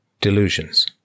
delusions